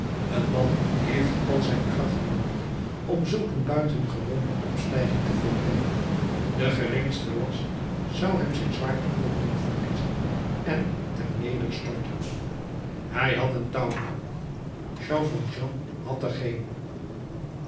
een man heeft al zijn kracht noodig om zulk een buitengewone opstijging te volbrengen de geringste last zou hem zijn zwaartepunt doen verliezen en ternederstorten hij had een touw noodig jean valjean had er geen